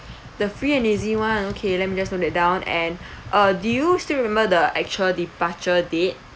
the free and easy one okay let me just note that down and uh do you still remember the actual departure date